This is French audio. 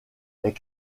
est